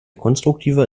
konstruktiver